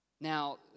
Now